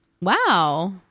Wow